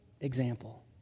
example